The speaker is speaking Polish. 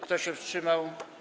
Kto się wstrzymał?